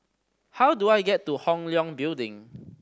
how do I get to Hong Leong Building